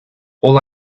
all